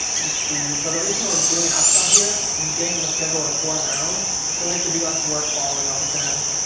receive, so the reason we're doing an upsell here and getting them to schedule a tour on their own, is so we have to do less work following up with them.